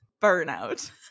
burnout